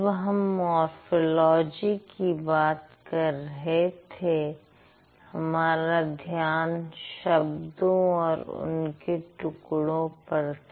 जब हम मोरफ़ोलॉजी की बात कर रहे थे हमारा ध्यान शब्दों और उनके टुकड़ों पर था